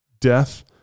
death